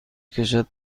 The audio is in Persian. کشد